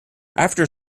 after